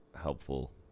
helpful